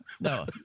No